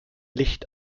licht